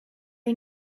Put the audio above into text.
you